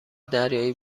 دریایی